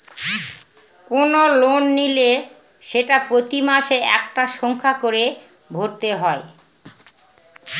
কোনো লোন নিলে সেটা প্রতি মাসে একটা সংখ্যা করে ভরতে হয়